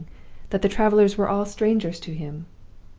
that the travelers were all strangers to him.